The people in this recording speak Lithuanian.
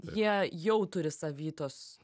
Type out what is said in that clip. jie jau turi savy tos